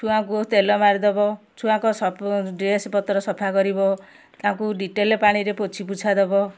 ଛୁଆଙ୍କୁ ତେଲ ମାରିଦେବ ଛୁଆଙ୍କ ସବୁ ଡ୍ରେସ୍ ପତ୍ର ସଫା କରିବ ତାକୁ ଡେଟଲ୍ ପାଣିରେ ପୋଛିପୁଛା ଦେବ